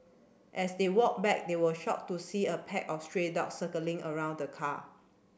as they walked back they were shocked to see a pack of stray dogs circling around the car